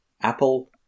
Apple